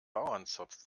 bauernzopf